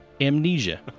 amnesia